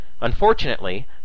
Unfortunately